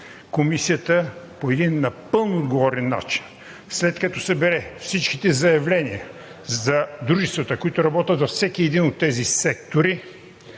Комисията по един напълно отговорен начин, след като събере всичките заявления за дружествата, които работят във всеки един от тези сектори,